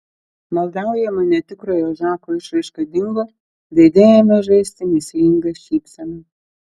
maldaujama netikrojo žako išraiška dingo veide ėmė žaisti mįslinga šypsena